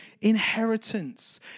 inheritance